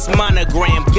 monogram